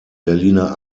berliner